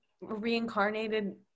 reincarnated